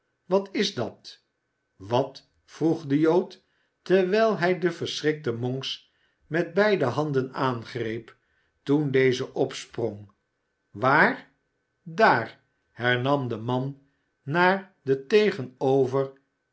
wat is dat wat vroeg de jood terwijl hij den verschrikten monks met beide handen aangreep toen deze opsprong waar daar hernam de man naar den